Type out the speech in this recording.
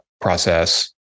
process